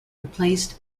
replaced